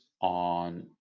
on